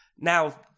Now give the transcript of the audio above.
Now